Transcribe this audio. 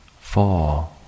four